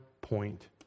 point